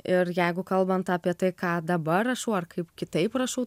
ir jeigu kalbant apie tai ką dabar rašau ar kaip kitaip rašau